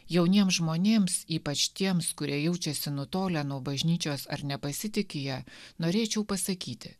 jauniems žmonėms ypač tiems kurie jaučiasi nutolę nuo bažnyčios ar nepasitiki ja norėčiau pasakyti